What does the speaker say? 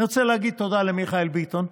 אני רוצה להגיד תודה למיכאל ביטון.